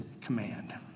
command